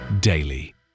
daily